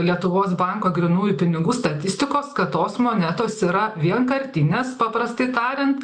lietuvos banko grynųjų pinigų statistikos kad tos monetos yra vienkartinės paprastai tariant